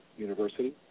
University